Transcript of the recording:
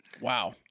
Wow